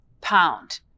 pound